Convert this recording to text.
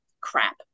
crap